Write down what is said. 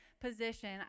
position